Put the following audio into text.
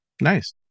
Nice